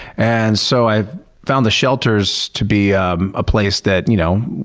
and so i found the shelters to be a place that, you know,